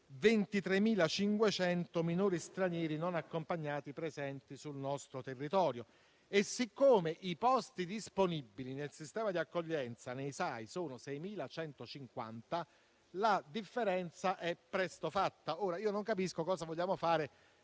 23.500 minori stranieri non accompagnati presenti sul nostro territorio e, siccome i posti disponibili nel sistema di accoglienza (SAI) sono 6.150, la differenza è presto fatta. Non capisco cosa vogliamo fare